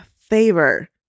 favor